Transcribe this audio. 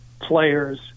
players